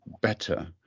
better